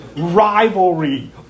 rivalry